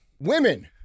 Women